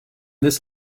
this